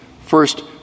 First